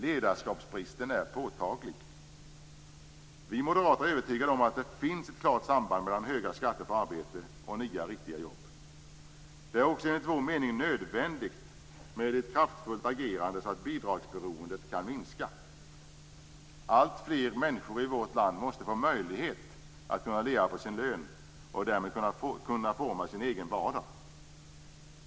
Bristen på ledarskap är påtaglig. Vi moderater är övertygade om att det finns ett klart samband mellan höga skatter på arbete och nya riktiga jobb. Det är också enligt vår mening nödvändigt med ett kraftfullt agerande så att bidragsberoendet kan minska. Alltfler människor i vårt land måste få möjlighet att leva på sin lön och därigenom kunna forma sin egen vardag.